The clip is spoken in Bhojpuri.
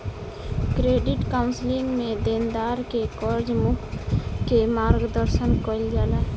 क्रेडिट कॉउंसलिंग में देनदार के कर्ज मुक्त के मार्गदर्शन कईल जाला